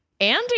Andy